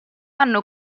hanno